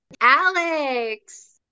alex